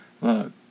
look